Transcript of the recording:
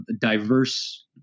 diverse